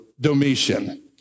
Domitian